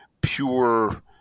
pure